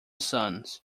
sons